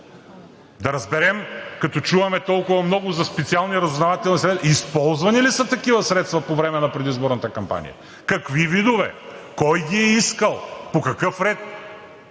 да разберем, като чуваме толкова много за специални разузнавателни средства, използвани ли са такива средства по време на предизборната кампания, какви видове, кой ги е искал, по какъв ред?